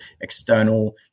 external